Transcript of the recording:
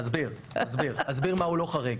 אסביר מהו לא חריג.